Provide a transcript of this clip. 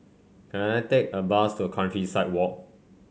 can I take a bus to Countryside Walk